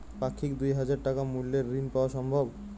পাক্ষিক দুই হাজার টাকা মূল্যের ঋণ পাওয়া সম্ভব?